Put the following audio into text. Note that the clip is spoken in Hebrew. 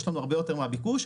יש לנו הרבה יותר מן הביקוש.